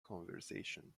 conversation